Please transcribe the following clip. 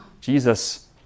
Jesus